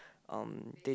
um they